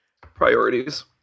Priorities